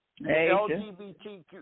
LGBTQ